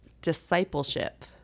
discipleship